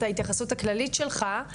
את ההתייחסות הכללית שלך,